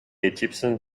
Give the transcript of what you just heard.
egyptian